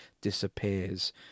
disappears